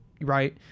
right